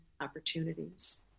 opportunities